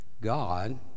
God